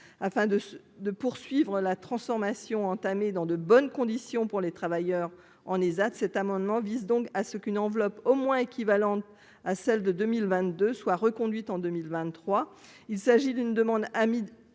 afin de de poursuivre la transformation entamée dans de bonnes conditions pour Les Travailleurs en Esat, cet amendement vise donc à ce qu'une enveloppe au moins équivalente à celle de 2022 soit reconduite en 2023, il s'agit d'une demande Hamid